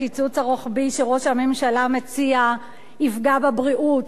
הקיצוץ הרוחבי שראש הממשלה מציע יפגע בבריאות,